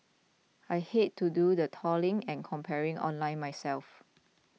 I hate to do the trawling and comparing online myself